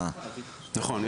נכון,